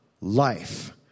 life